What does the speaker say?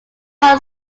are